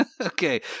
Okay